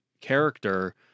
character